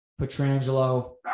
Petrangelo